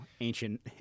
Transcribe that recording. ancient